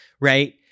right